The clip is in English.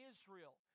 Israel